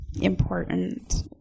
important